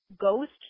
Ghost